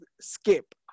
skip